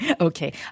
Okay